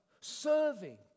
Serving